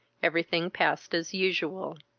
every thing passed as usual.